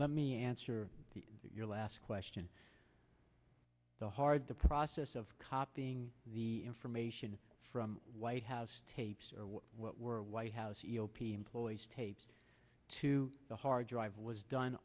let me answer your last question the hard the process of copying the information from white house tapes what were white house g o p employees tapes to the hard drive was done